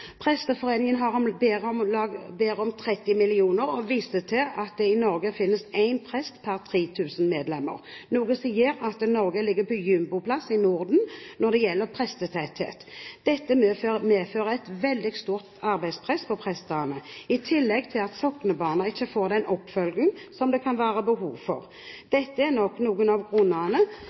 Presteforeningen ber om 30 mill. kr og viser til at det i Norge finnes én prest per 3 000 medlemmer, noe som gjør at Norge ligger på jumboplass i Norden når det gjelder prestetetthet. Dette medfører et veldig stort arbeidspress på prestene, i tillegg til at soknebarna ikke får den oppfølging som det kan være behov for. Dette er nok noen av